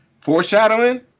foreshadowing